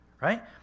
Right